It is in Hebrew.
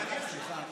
סליחה,